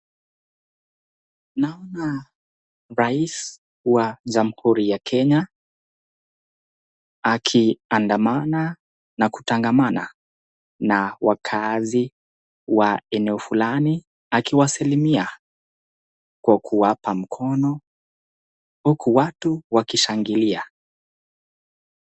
Naona rais wa Jamhuri ya Kenya akiandamana na kutangamana na wakaazi wa eneo fulani akiwasalimia kwa kuwapa mkono huku watu wakishangilia.